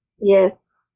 Yes